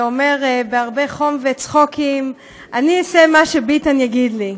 ואומר בהרבה חום וצחוקים: אני אעשה מה שביטן יגיד לי.